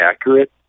accurate